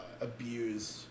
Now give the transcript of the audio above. abused